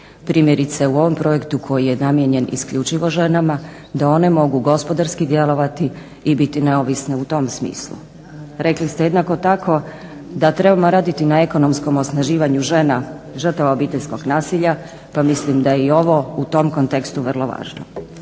primjerice u ovom projektu koji je namijenjen isključivo ženama da one mogu gospodarski djelovati i biti neovisne u tom smislu. Rekli ste jednako tako da trebamo raditi na ekonomskom osnaživanju žena žrtava obiteljskog nasilja pa mislim da je i ovo u tom kontekstu vrlo važno.